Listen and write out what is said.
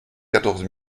quatorze